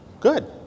Good